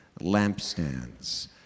lampstands